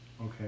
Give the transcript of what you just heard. okay